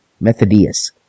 Methodius